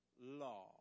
law